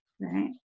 Right